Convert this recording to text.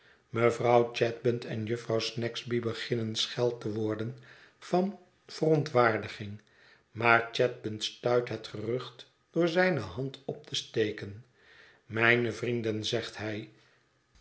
mevrouw chadband en jufvrouw snagsby beginnen schel te worden van verontwaardiging maar chadband stuit het gerucht door zijne hand op te steken mijne vrienden zegt hij